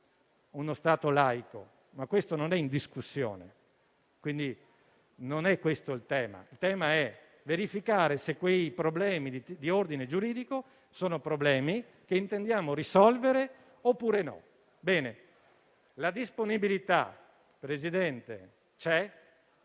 uno Stato laico, ma questo non è in discussione. Non è questo il tema. Il tema è verificare se quei problemi di ordine giuridico sono problemi che intendiamo risolvere oppure no. Signor Presidente, la